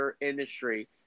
industry